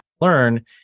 learn